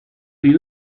you